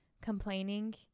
complaining